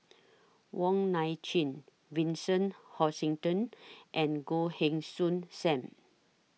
Wong Nai Chin Vincent Hoisington and Goh Heng Soon SAM